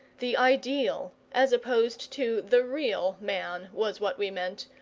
the ideal as opposed to the real man was what we meant,